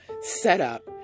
setup